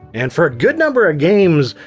and for a good number of games,